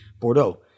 Bordeaux